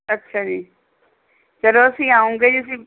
ਅੱਛਾ ਜੀ ਚੱਲੋ ਅਸੀਂ ਆਉਂਗੇ ਜੀ ਅਸੀਂ